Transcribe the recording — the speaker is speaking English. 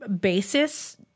basis